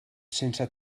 sense